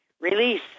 release